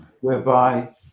whereby